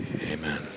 Amen